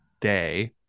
day